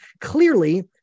Clearly